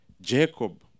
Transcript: Jacob